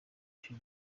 icyo